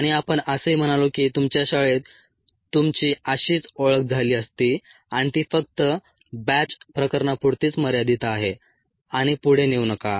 आणि आपण असेही म्हणालो की तुमच्या शाळेत तुमची अशीच ओळख झाली असती आणि ती फक्त बॅच प्रकरणापुरतीच मर्यादित आहे आणि पुढे नेऊ नका